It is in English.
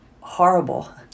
horrible